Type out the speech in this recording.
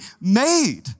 made